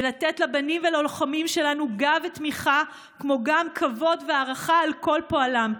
ולתת לבנים וללוחמים שלנו גב ותמיכה כמו גם כבוד והערכה על כל פועלם,